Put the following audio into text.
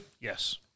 Yes